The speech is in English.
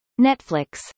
Netflix